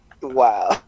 Wow